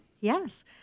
Yes